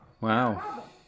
Wow